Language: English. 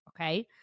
Okay